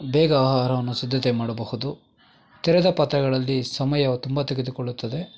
ಬೇಗ ಆಹಾರವನ್ನು ಸಿದ್ಧತೆ ಮಾಡಬಹುದು ತೆರೆದ ಪಾತ್ರೆಗಳಲ್ಲಿ ಸಮಯವು ತುಂಬ ತೆಗೆದುಕೊಳ್ಳುತ್ತದೆ